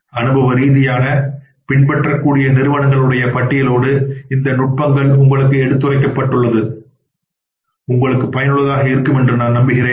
அனுபவ ரீதியான பின்பற்றக்கூடிய நிறுவனங்கள் பட்டியலோடு இந்த நுட்பங்கள் எடுத்துரைக்கப்பட்டுள்ளது உங்களுக்கு பயனுள்ளதாக இருக்கும் என்று நான் நம்புகிறேன்